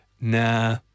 Nah